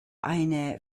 eine